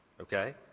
Okay